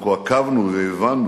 אנחנו עקבנו והבנו,